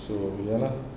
so tu dia orang lah